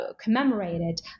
commemorated